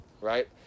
Right